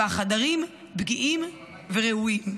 והחדרים פגיעים ורעועים.